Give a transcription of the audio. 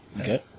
okay